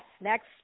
next